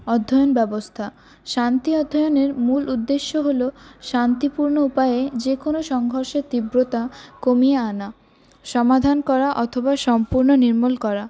অধ্যায়ন ব্যবস্থা শান্তি অধ্যায়নের মূল উদ্দেশ্য হল শান্তিপূর্ণ উপায়ে যেকোনও সংঘর্ষে তীব্রতা কমিয়ে আনা সমাধান করা অথবা সম্পূর্ণ নির্মূল করা